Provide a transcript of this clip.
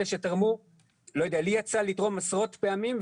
לי יצא לתרום עשרות פעמים,